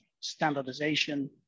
standardization